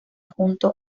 junto